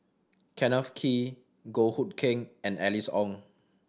Kenneth Kee Goh Hood Keng and Alice Ong